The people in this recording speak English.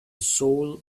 soul